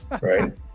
right